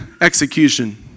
execution